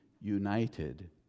united